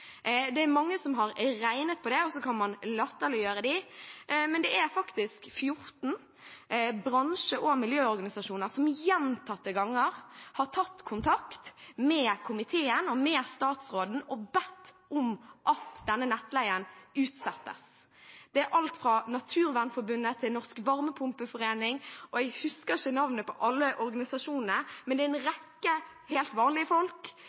Det er mange som har regnet på det, og så kan man latterliggjøre dem. Men det er faktisk 14 bransje- og miljøorganisasjoner som gjentatte ganger har tatt kontakt med komiteen og med statsråden og bedt om at denne nettleien utsettes. Det er alt fra Naturvernforbundet til Norsk Varmepumpeforening. Jeg husker ikke navnet på alle organisasjonene, men det er en rekke helt vanlige folk